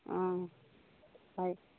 অঁ হয়